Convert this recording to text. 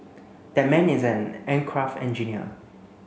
that man is an aircraft engineer